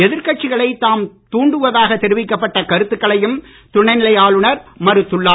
எதிர்கட்சிகளை தாம் தூண்டுவதாக தெரிவிக்கப்பட்ட கருத்துக்களையும் துணைநிலை ஆளுநர் மறுத்துள்ளார்